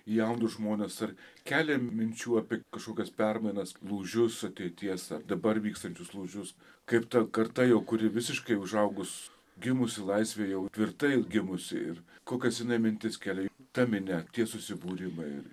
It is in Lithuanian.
jaunus žmones ar kelia minčių apie kažkokias permainas lūžius ateities ar dabar vykstančius lūžius kaip ta karta jau kuri visiškai užaugus gimusi laisvėj jau tvirtai gimusi ir kokias mintis kelia ta minia tie susibūrimai